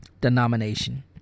denomination